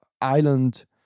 island